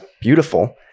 beautiful